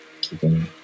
keeping